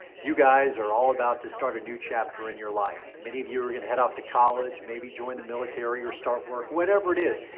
you guys are all about to start a new chapter in your life. many of you are gonna head off to college, maybe join the military or start work, whatever it is,